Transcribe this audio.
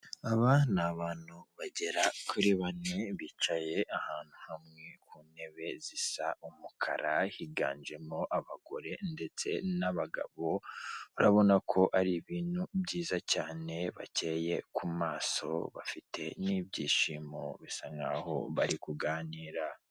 Aba ni abantu bagera kuri bane bicaye ahantu hamwe ku ntebe zisa umukara higanjemo abagore ndetse n'abagabo urabona ko ari ibintu byiza cyane bakeye ku maso bafite n'ibyishimo bisa nkaho bari kuganira.